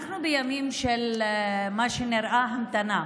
אנחנו בימים של מה שנראה המתנה,